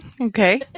Okay